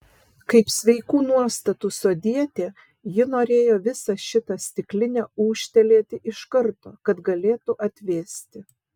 kaip sveikų nuostatų sodietė ji norėjo visą šitą stiklinę ūžtelėti iš karto kad galėtų atvėsti